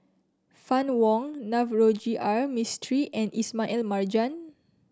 Fann Wong Navroji R Mistri and Ismail Marjan